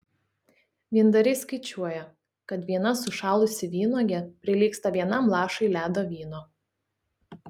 vyndariai skaičiuoja kad viena sušalusi vynuogė prilygsta vienam lašui ledo vyno